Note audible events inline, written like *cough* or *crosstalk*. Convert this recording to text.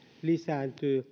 lisääntyvät *unintelligible*